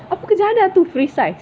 apa kejadah tu free size